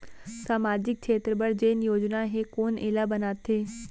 सामाजिक क्षेत्र बर जेन योजना हे कोन एला बनाथे?